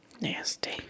Nasty